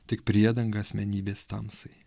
tik priedanga asmenybės tamsai